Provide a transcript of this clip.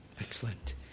Excellent